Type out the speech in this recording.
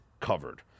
covered